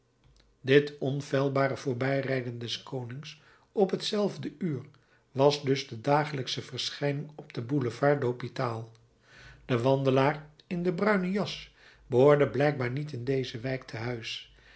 dit onfeilbare voorbijrijden des konings op hetzelfde uur was dus de dagelijksche verschijning op den boulevard de l'hôpital de wandelaar in de bruine jas behoorde blijkbaar niet in deze wijk te huis